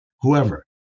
whoever